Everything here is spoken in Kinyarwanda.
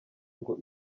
ngo